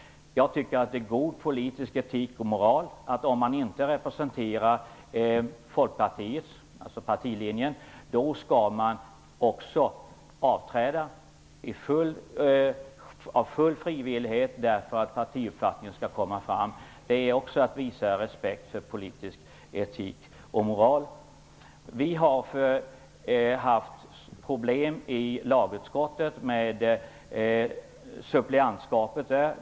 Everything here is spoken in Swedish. Jag tycker att det är god politisk etik och moral att en folkpartiledamot som inte representerar Folkpartiets linje frivilligt skall träda tillbaka, så att partiuppfattningen kommer fram. Också det är att visa respekt för politisk etik och moral. Vi har haft problem med suppleantskapet i lagutskottet.